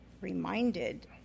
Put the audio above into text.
reminded